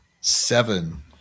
seven